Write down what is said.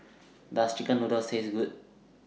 Does Chicken Noodles Taste Good